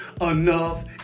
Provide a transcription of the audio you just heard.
Enough